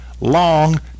long